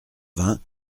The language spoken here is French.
vingt